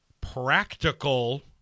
practical